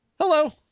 Hello